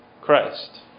Christ